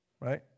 right